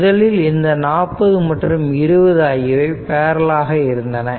முதலில் இந்த 40 மற்றும் 20 ஆகியவை பேரலல் ஆக இருந்தன